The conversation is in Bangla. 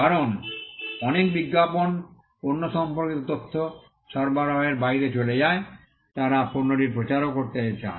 কারণ অনেক বিজ্ঞাপন পণ্য সম্পর্কিত তথ্য সরবরাহের বাইরে চলে যায় তারা পণ্যটির প্রচার করতেও যায়